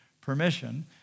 permission